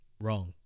wrong